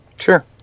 Sure